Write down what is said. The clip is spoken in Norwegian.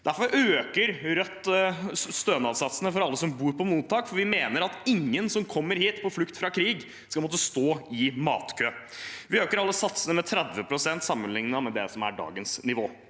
Derfor øker Rødt stønadssatsene for alle som bor på mottak, for vi mener at ingen som kommer hit på flukt fra krig, skal måtte stå i matkø. Vi øker alle satsene med 30 pst. sammenlignet med det som er dagens nivå.